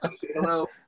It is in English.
hello